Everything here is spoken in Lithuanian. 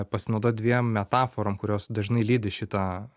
pasinaudot dviem metaforom kurios dažnai lydi šitą